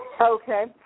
Okay